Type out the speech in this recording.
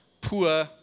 poor